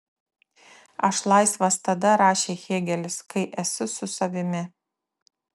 aš laisvas tada rašė hėgelis kai esu su savimi